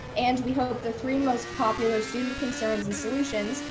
and we hope the three most popular student concerns and solutions,